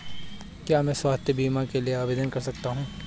क्या मैं स्वास्थ्य बीमा के लिए आवेदन कर सकता हूँ?